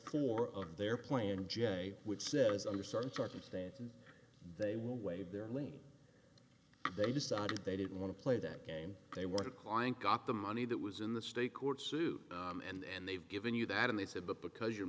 on their plan j which said is under certain circumstances they will waive their lane they decided they didn't want to play that game they want a client got the money that was in the state court suit and they've given you that and they said but because you're